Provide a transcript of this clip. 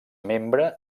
membre